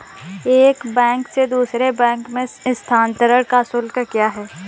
एक बैंक से दूसरे बैंक में स्थानांतरण का शुल्क क्या है?